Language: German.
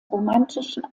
romantischen